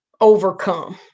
overcome